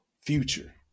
future